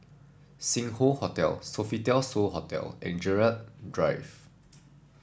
Sing Hoe Hotel Sofitel So Hotel and Gerald Drive